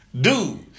Dude